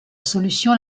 solution